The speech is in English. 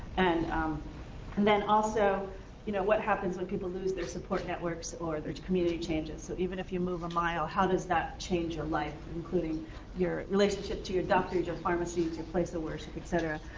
and um and then also you know what happens when people lose their support networks or their community changes? so even if you move a mile, how does that change your life, including your relationship to your doctor, to your pharmacy, to your place of worship, etcetera?